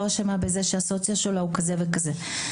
אשמה בכך שהמעמד הסוציו-אקונומי שלה הוא כזה וכזה.